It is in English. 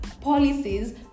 policies